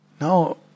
Now